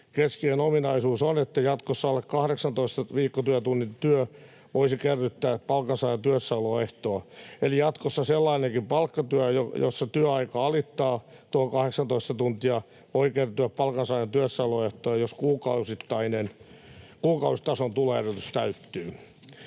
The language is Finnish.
keskeinen ominaisuus on, että jatkossa alle 18 viikkotyötunnin työ voisi kerryttää palkansaajan työssäoloehtoa. Eli jatkossa sellainenkin palkkatyö, jossa työaika alittaa tuon 18 tuntia, voi kerryttää palkansaajan työssäoloehtoa, jos kuukausitason tuloedellytys täyttyy.